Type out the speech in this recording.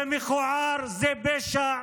זה מכוער, זה פשע,